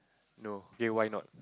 no okay why not